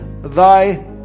thy